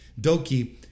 Doki